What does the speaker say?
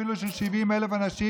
אפילו של 70,000 אנשים,